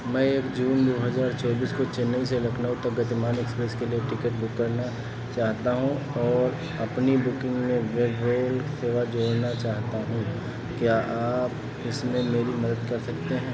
मैं एक जून दो हजार चौबीस को चेन्नई से लखनऊ तक गतिमान एक्सप्रेस के लिए टिकट बुक करना चाहता हूँ और अपनी बुकिंग में बेडरोल सेवा जोड़ना चाहता हूं क्या आप इसमें मेरी मदद कर सकते हैं